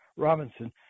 Robinson